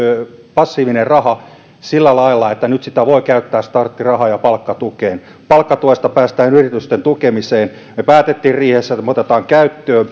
passiivista rahaa sillä lailla että nyt sitä voi käyttää starttirahaan ja palkkatukeen palkkatuesta päästään yritysten tukemiseen me päätimme riihessä että me otamme käyttöön